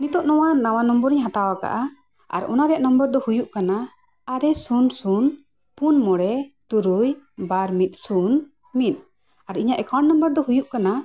ᱱᱤᱛᱚᱜ ᱱᱚᱣᱟ ᱱᱟᱣᱟ ᱱᱚᱢᱵᱚᱨᱤᱧ ᱦᱟᱛᱟᱣ ᱠᱟᱜᱼᱟ ᱟᱨ ᱚᱱᱟ ᱨᱮᱭᱟᱜ ᱱᱚᱢᱵᱚᱨ ᱫᱚ ᱦᱩᱭᱩᱜ ᱠᱟᱱᱟ ᱟᱨᱮ ᱥᱩᱱ ᱥᱩᱱ ᱯᱩᱱ ᱢᱚᱬᱮ ᱛᱩᱨᱩᱭ ᱵᱟᱨ ᱢᱤᱫ ᱥᱩᱱ ᱢᱤᱫ ᱟᱨ ᱤᱧᱟᱹᱜ ᱮᱠᱟᱣᱩᱱᱴ ᱱᱚᱢᱵᱚᱨ ᱫᱚ ᱦᱩᱭᱩᱜ ᱠᱟᱱᱟ